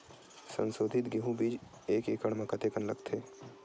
संसोधित गेहूं बीज एक एकड़ म कतेकन लगथे?